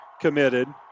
committed